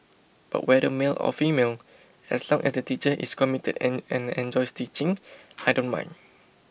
but whether male or female as long as the teacher is committed and and enjoys teaching I don't mind